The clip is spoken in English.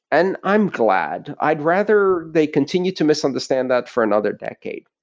and i'm glad i'd rather they continue to misunderstand that for another decade.